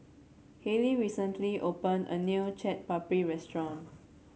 Hallie recently opened a new Chaat Papri restaurant